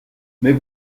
mais